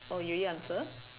oh you already answered